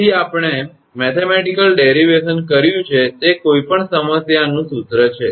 તેથી આપણે ગણિતિક વ્યુત્પન્ન કર્યું છે તે કોઈપણ સમસ્યાનું સૂત્ર છે